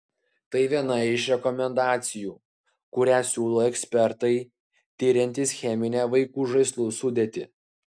tai viena iš rekomendacijų kurią siūlo ekspertai tiriantys cheminę vaikų žaislų sudėtį